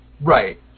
Right